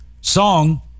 Song